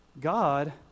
God